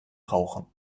rauchen